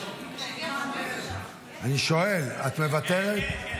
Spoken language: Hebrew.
אני שואל, את מוותרת?